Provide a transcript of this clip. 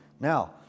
Now